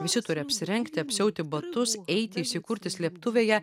visi turi apsirengti apsiauti batus eiti įsikurti slėptuvėje